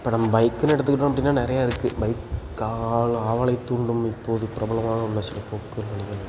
இப்போ நம்ம பைக்குன்னு எடுத்துக்கிட்டோம் அப்படின்னா நிறையா இருக்குது பைக்காவலை ஆவலை தூண்டும் இப்போது பிரபலமாக உள்ள சில போக்குகள் வழிகள்